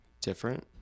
different